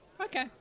Okay